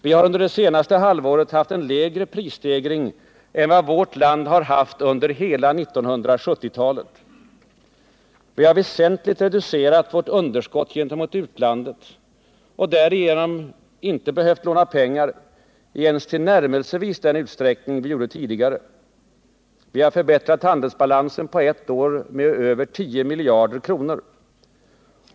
Vi har under det senaste halvåret haft en lägre prisstegring än vad vårt land har haft under hela 1970-talet. Vi har väsentligt reducerat vårt underskott gentemot utlandet och därigenom inte behövt låna pengar i ens tillnärmelsevis den utsträckning som vi gjort tidigare. Vi har förbättrat handelsbalansen på ett år med över 10 miljarder kronor.